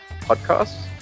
Podcasts